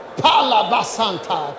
palabasanta